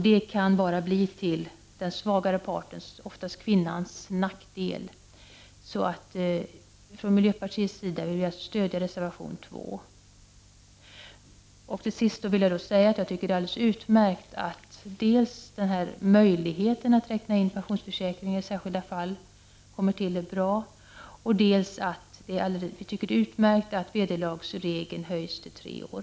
Det kan bara bli till den svagare partens, oftast kvinnans, nackdel. Från miljöpartiet vill vi alltså stödja reservation 2. Till sist vill jag säga att jag tycker att det är alldeles utmärkt dels att möjligheten att räkna in pensionsförsäkring i särskilda fall kommer till, dels att vederlagsregeln förlängs till tre år.